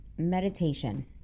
meditation